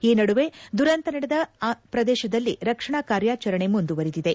ಈ ನಡುವೆ ದುರಂತ ನಡೆದ ಪ್ರದೇಶದಲ್ಲಿ ರಕ್ಷಣಾ ಕಾರ್ಯಾಚರಣೆ ಮುಂದುವರೆದಿದೆ